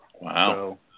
Wow